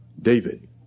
David